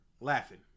laughing